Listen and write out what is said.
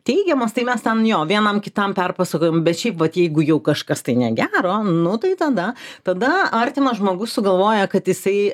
teigiamos tai mes ten jo vienam kitam perpasakojam bet šiaip vat jeigu jau kažkas tai negero nu tai tada tada artimas žmogus sugalvoja kad jisai